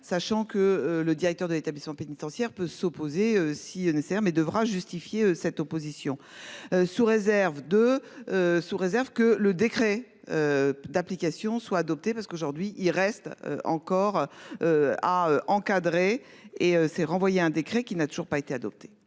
sachant que le directeur de l'établissement pénitentiaire peut s'opposer si nécessaire mais devra justifier cette opposition. Sous réserve de. Sous réserve que le décret. D'application soit adoptée parce qu'aujourd'hui il reste encore. À encadrer et c'est renvoyé un décret qui n'a toujours pas été adopté